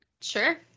Sure